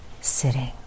sitting